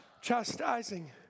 chastising